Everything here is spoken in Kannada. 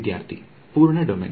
ವಿದ್ಯಾರ್ಥಿ ಪೂರ್ಣ ಡೊಮೇನ್